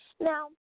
Now